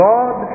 God